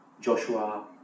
Joshua